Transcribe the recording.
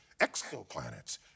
Exoplanets